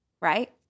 right